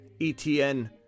ETN